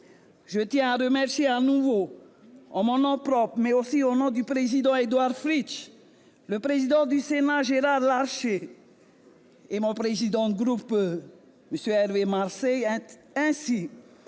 finir, je remercie de nouveau, en mon nom propre, mais aussi au nom du président Édouard Fritch, le président du Sénat, Gérard Larcher, mon président de groupe, Hervé Marseille, ainsi que